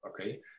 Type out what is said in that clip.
okay